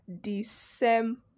december